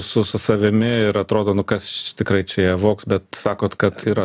su su savimi ir atrodo nu kas tikrai čia ją vogs bet sakot kad yra